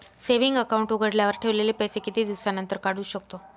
Saving account उघडल्यावर ठेवलेले पैसे किती दिवसानंतर काढू शकतो?